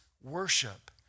worship